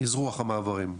אזרוח המעברים.